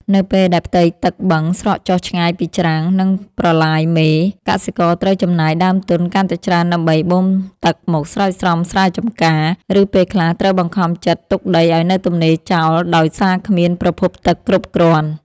នៅពេលដែលផ្ទៃទឹកបឹងស្រកចុះឆ្ងាយពីច្រាំង និងប្រឡាយមេ កសិករត្រូវចំណាយដើមទុនកាន់តែច្រើនដើម្បីបូមទឹកមកស្រោចស្រពស្រែចម្ការ ឬពេលខ្លះត្រូវបង្ខំចិត្តទុកដីឱ្យនៅទំនេរចោលដោយសារគ្មានប្រភពទឹកគ្រប់គ្រាន់។